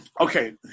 Okay